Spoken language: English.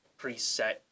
preset